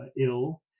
ill